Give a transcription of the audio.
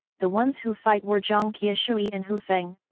the ones who fight were jiang qiushui and hu feng,